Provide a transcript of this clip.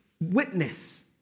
witness